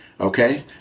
okay